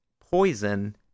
Poison